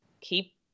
keep